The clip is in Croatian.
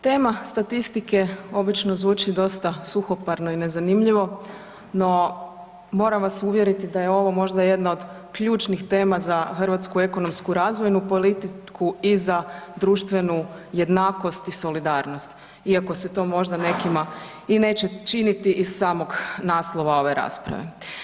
Tema statistike obično zvuči dosta suhoparno i nezanimljivo, no moram vas uvjeriti da je ovo možda jedna od ključnih tema za hrvatsku ekonomsku razvojnu politiku i za društvenu jednakost i solidarnost, iako se to možda nekima i neće činiti iz samog naslova ove rasprave.